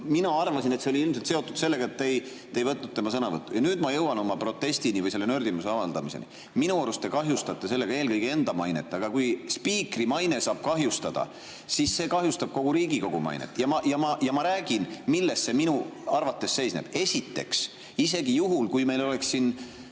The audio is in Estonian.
Mina arvasin, et see oli ilmselt seotud sellega, et te ei võtnud tema sõnavõttu. Ja nüüd ma jõuan oma protestini või selle nördimuse avaldamiseni. Minu arust te kahjustate sellega eelkõige enda mainet. Aga kui spiikri maine saab kahjustada, siis see kahjustab kogu Riigikogu mainet. Ja ma räägin, milles see minu arvates seisneb. Esiteks, isegi juhul, kui meil oleks siin,